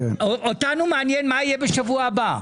אותנו מעניין מה יקרה בשבוע הבא.